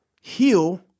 heal